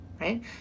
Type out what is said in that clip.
Right